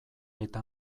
eta